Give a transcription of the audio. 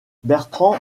bertrand